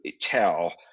tell